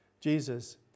Jesus